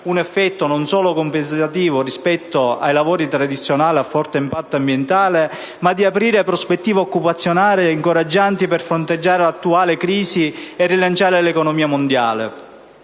un effetto compensativo rispetto a lavori tradizionali a forte impatto ambientale, ma di aprire prospettive occupazionali incoraggianti per fronteggiare l'attuale crisi e rilanciare l'economia mondiale.